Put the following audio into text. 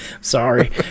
Sorry